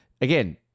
again